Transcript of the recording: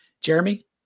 Jeremy